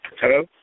Hello